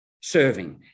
Serving